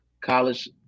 College